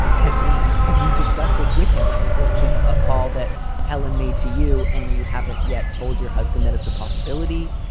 and has he. have you discussed this with him? like, is this just a call that helen made to you and you haven't yet told your husband that it's a possibility?